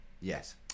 Yes